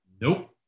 Nope